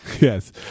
Yes